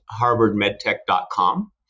harvardmedtech.com